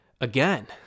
again